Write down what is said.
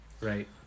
right